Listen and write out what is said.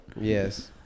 yes